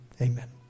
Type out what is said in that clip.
amen